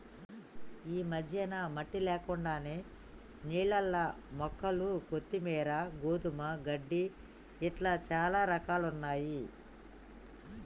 ఈ మధ్యన మట్టి లేకుండానే నీళ్లల్ల మొక్కలు కొత్తిమీరు, గోధుమ గడ్డి ఇట్లా చానా రకాలున్నయ్యి